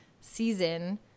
season